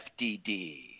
FDD